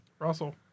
Russell